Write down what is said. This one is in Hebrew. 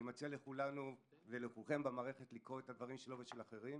אני מציע לכולנו ולכולכם במערכת לקרוא את הדברים שלו ושל אחרים.